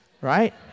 right